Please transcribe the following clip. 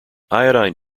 iodine